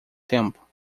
tempo